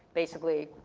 basically,